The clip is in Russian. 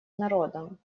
народом